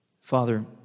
Father